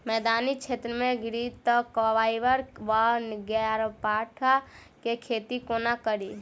मैदानी क्षेत्र मे घृतक्वाइर वा ग्यारपाठा केँ खेती कोना कड़ी?